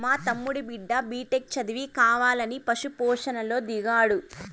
మా తమ్ముడి బిడ్డ బిటెక్ చదివి కావాలని పశు పోషణలో దిగాడు